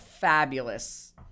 fabulous